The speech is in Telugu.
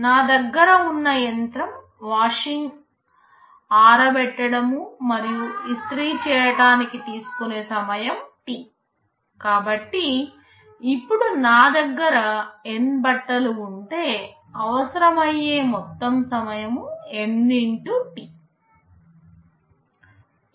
నా దగ్గర ఉన్న యంత్రం వాషింగ్ ఆరబెట్టడం మరియు ఇస్త్రీ చేయటానికి తీసుకునే సమయం T కాబట్టి ఇప్పుడు నా దగ్గర N బట్టలు ఉంటే అవసరమయ్యే మొత్తం సమయం N x T